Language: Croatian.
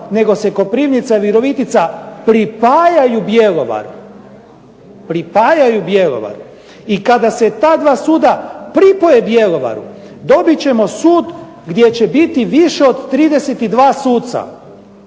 nego se Koprivnica, Virovitica pripajaju Bjelovaru i kada se ta 2 suda pripoje Bjelovaru dobit ćemo sud gdje će biti više od 32 suca.